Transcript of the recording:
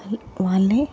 వాళ్ళు వాళ్ళే